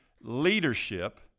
leadership